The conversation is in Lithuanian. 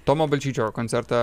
tomo balčyčio koncertą